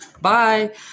bye